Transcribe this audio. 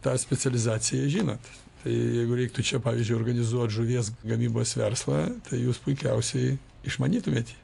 tą specializaciją žinot tai jeigu reiktų čia pavyzdžiui organizuot žuvies gamybos verslą tai jūs puikiausiai išmanytumėt